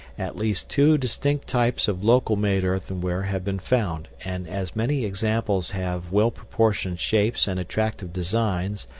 at least two distinct types of local-made earthenware have been found, and, as many examples have well-proportioned shapes and attractive designs,